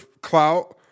clout